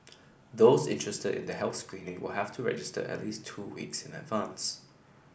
those interested in the health screening will have to register at least two weeks in advance